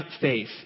faith